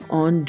on